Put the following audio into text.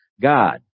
God